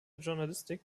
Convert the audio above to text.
journalistik